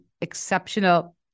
exceptional